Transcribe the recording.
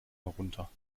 herunter